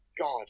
God